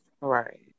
Right